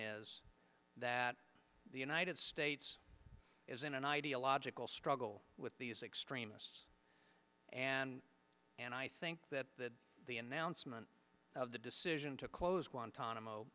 is that the united states is in an ideological struggle with these extremists and and i think that that the announcement of the decision to close guantanamo